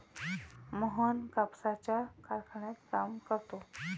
मोहन कापसाच्या कारखान्यात काम करतो